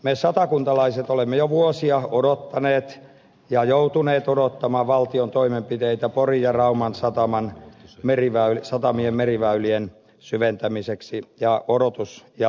me satakuntalaiset olemme jo vuosia odottaneet ja joutuneet odottamaan valtion toimenpiteitä porin ja rauman satamien meriväylien syventämiseksi ja odotus jatkuu